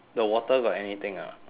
the water got anything or not